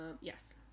Yes